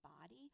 body